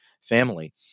family